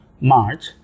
March